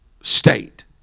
state